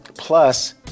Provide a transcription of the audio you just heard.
Plus